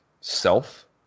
self